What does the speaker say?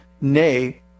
Nay